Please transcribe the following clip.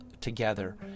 together